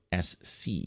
SC